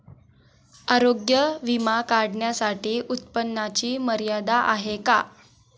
आरोग्य विमा काढण्यासाठी उत्पन्नाची मर्यादा आहे का?